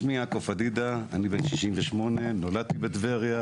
שמי יעקב פדידה, אני בן 68, נולדתי בטבריה.